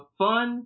fun